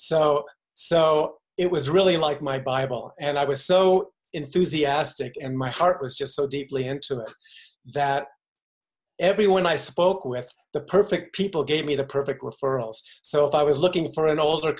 so so it was really like my bible and i was so enthusiastic and my heart was just so deeply intimate that everyone i spoke with the perfect people gave me the perfect referrals so if i was looking for an older